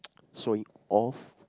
showing off